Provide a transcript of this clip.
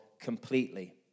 completely